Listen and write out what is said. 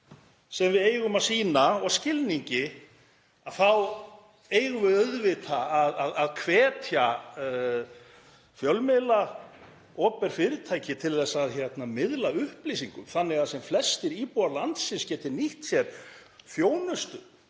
sem við eigum að sýna og skilningi að þá eigum við auðvitað að hvetja fjölmiðla, opinber fyrirtæki til að miðla upplýsingum þannig að sem flestir íbúar landsins geti nýtt sér þjónustu,